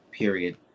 Period